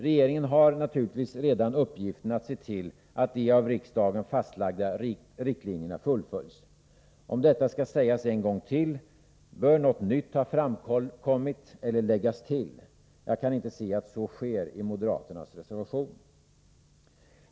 Regeringen har naturligtvis redan uppgiften att se till att de av riksdagen fastlagda riktlinjerna fullföljs. Om detta skall sägas en gång till, bör något nytt ha framkommit eller läggas till. Jag kan inte se att så sker i moderaternas reservation.